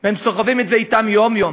והם סוחבים את זה אתם יום-יום.